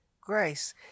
grace